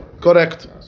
Correct